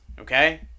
Okay